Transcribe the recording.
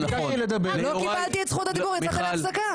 ביקשתי לדבר.